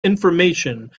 information